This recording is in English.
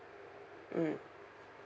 mm